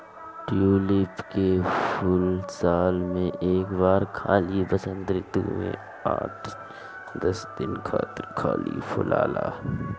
tulip के फूल साल में एक बार खाली वसंत ऋतू में आठ से दस दिन खातिर खाली फुलाला